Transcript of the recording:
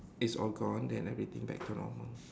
it's all gone then everything back to normal